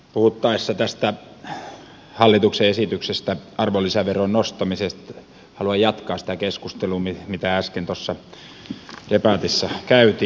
puhuttaessa tästä hallituksen esityksestä arvonlisäveron nostamisesta haluan jatkaa sitä keskustelua mitä äsken tuossa debatissa käytiin